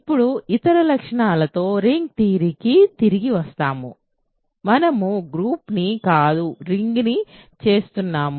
ఇప్పుడు ఇతర లక్షణాలు తో రింగ్ థియరీకి తిరిగి వస్తాము మనము గ్రూప్స్ ని కాదు రింగ్స్ ని చేస్తున్నాము